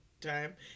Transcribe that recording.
time